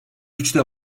üçte